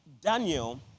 Daniel